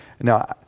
Now